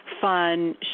fun